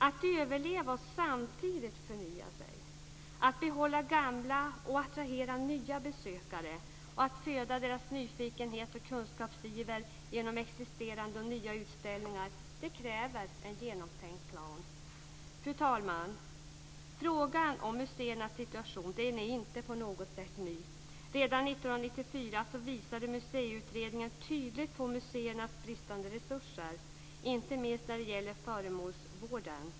Att överleva och samtidigt förnya sig, att behålla gamla och attrahera nya besökare och att föda deras nyfikenhet och kunskapsiver genom existerande och nya utställningar kräver en genomtänkt plan. Fru talman! Frågan om museernas situation är inte på något sätt ny. Redan 1994 visade Museiutredningen tydligt på museernas bristande resurser, inte minst när det gäller föremålsvården.